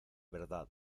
verdad